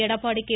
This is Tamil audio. எடப்பாடி கே